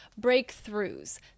breakthroughs